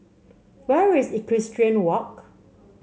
where is Equestrian Walk